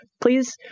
please